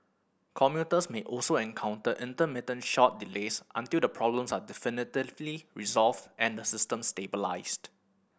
commuters may also encounter intermittent short delays until the problems are definitively resolved and the system stabilised